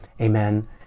Amen